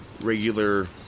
regular